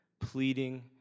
pleading